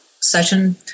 session